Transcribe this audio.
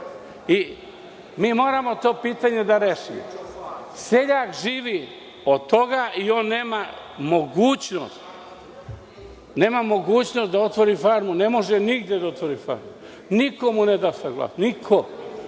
i mi moramo to pitanje da rešimo. Seljak živi od toga i on nema mogućnost da otvori farmu, ne može nigde da otvori farmu, niko mu ne da saglasnost,